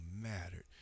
mattered